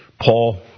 Paul